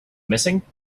missing